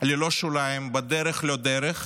ללא שוליים, בדרך לא דרך,